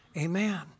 Amen